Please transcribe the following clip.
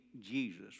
Jesus